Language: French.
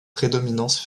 prédominance